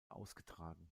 ausgetragen